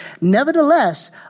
Nevertheless